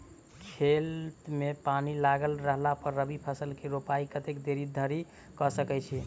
खेत मे पानि लागल रहला पर रबी फसल केँ रोपाइ कतेक देरी धरि कऽ सकै छी?